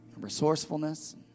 resourcefulness